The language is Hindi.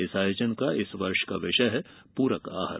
इस आयोजन का इस वर्ष का विषय है पूरक आहार